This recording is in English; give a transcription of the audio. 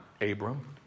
Abram